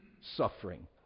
suffering